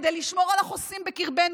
כדי לשמור על החוסים בקרבנו,